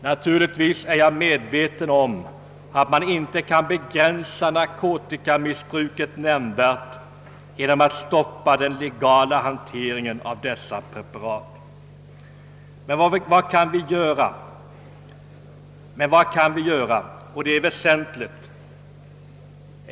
Naturligtvis är jag medveten om att man inte kan begränsa narkotikamissbruket nämnvärt genom att stoppa den legala hanteringen av dessa preparat. Men vad vi kan göra — och detta är väsentligt!